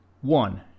One